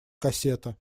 кассета